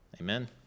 amen